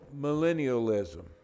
millennialism